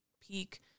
peak